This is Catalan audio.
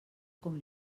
com